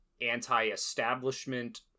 anti-establishment